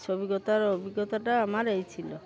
ছবি তোলার অভিজ্ঞতাটা আমার এই ছিলো